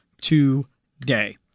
today